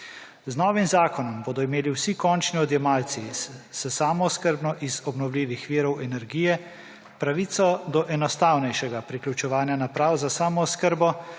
Z novim zakonom bodo imeli vsi končni odjemalci s samooskrbno iz obnovljivih virov energije pravico do enostavnejšega priključevanja naprav za samooskrbo